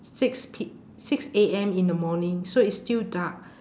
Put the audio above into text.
six p~ six A_M in the morning so it's still dark